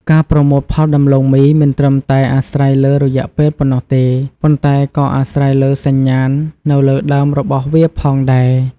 ការប្រមូលផលដំឡូងមីមិនត្រឹមតែអាស្រ័យលើរយៈពេលប៉ុណ្ណោះទេ ប៉ុន្តែក៏អាស្រ័យលើសញ្ញាណនៅលើដើមរបស់វាផងដែរ។